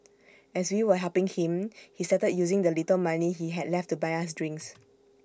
as we were helping him he started using the little money he had left to buy us drinks